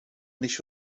nicht